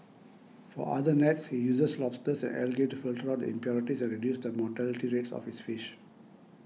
for other nets he uses lobsters and algae to filter out impurities and reduce the mortality rates of his fish